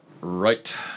right